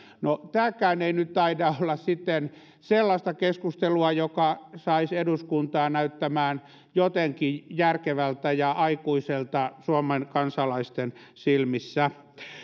no tämäkään ei nyt taida olla sellaista keskustelua joka saisi eduskunnan näyttämään jotenkin järkevältä ja aikuiselta suomen kansalaisten silmissä